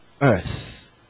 earth